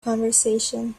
conversation